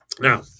now